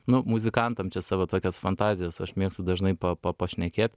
nu muzikantam čia savo tokias fantazijas aš mėgstu dažnai pa pa pašnekėt